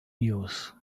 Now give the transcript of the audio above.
news